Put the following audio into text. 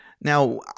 Now